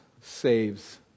saves